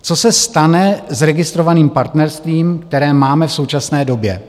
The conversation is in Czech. Co se stane s registrovaným partnerstvím, které máme v současné době?